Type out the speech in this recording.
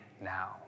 now